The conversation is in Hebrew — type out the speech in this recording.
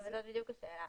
זו בדיוק השאלה.